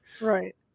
right